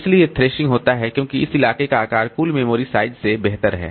इसलिए थ्रैशिंग होता है क्योंकि इस इलाके का आकार कुल मेमोरी साइज से बेहतर है